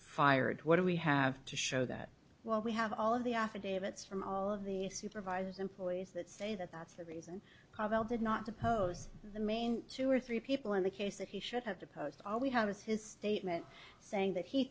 fired what do we have to show that while we have all of the affidavits from all of the supervisors employees that say that that's the reason pawel did not oppose the main two or three people in the case that he should have to post all we have is his statement saying that he